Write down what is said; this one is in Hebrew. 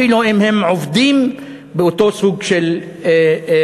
אפילו אם הם עובדים באותו סוג של מקצוע.